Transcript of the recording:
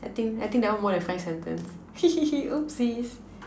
I think I think that one more than five sentences hee hee hee oopsies